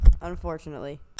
unfortunately